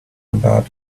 about